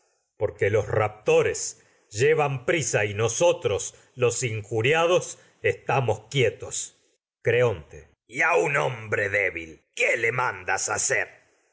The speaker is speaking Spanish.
porque los raptores lle van prisa y nosotros los injuriados estamos quietos creonte hacer ya un hombre débil qué le mandas